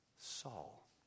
Saul